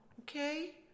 Okay